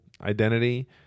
identity